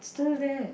still there